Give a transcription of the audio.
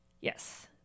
Yes